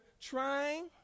trying